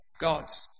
gods